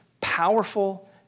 powerful